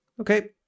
Okay